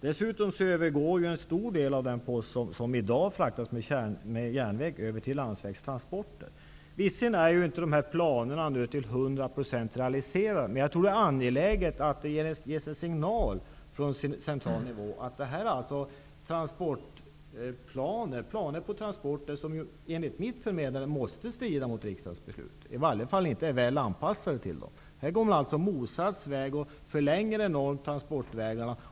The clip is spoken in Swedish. Dessutom skall en stor del av den post som i dag fraktas med järnväg föras över till landsvägstransporter. De här planerna är visserligen inte realiserade till hundra procent, men jag tror att det är angeläget att det ges en signal från central nivå om att dessa planer på transporter strider mot riksdagsbeslut, eller åtminstone inte är väl anpassade till besluten. Man går här motsatt väg och förlänger de redan långa transportvägarna.